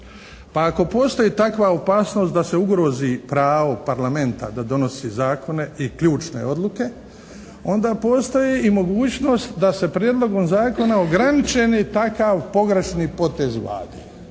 Pa ako postoji takva opasnost da se ugrozi pravo Parlamenta da donosi zakone i ključne odluke onda postoji i mogućnost da se prijedlogom zakona ograniče i takav pogrešni potez Vlade.